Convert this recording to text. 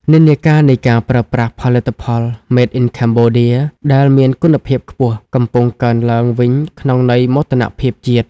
និន្នាការនៃការប្រើប្រាស់ផលិតផល "Made in Cambodia" ដែលមានគុណភាពខ្ពស់ កំពុងកើនឡើងវិញក្នុងន័យមោទនភាពជាតិ។